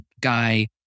guy